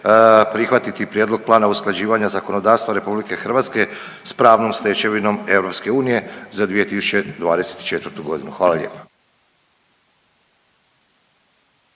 (HDZ)** Prijedlog plana usklađivanja zakonodavstva Republike Hrvatske sa pravnom stečevinom EU za 2024. godinu. Predlagatelj